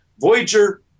Voyager